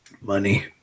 Money